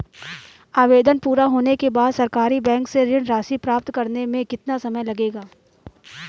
आवेदन पूरा होने के बाद सरकारी बैंक से ऋण राशि प्राप्त करने में कितना समय लगेगा?